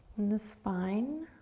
in the spine.